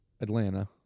Atlanta